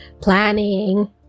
planning